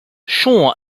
shaw